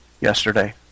yesterday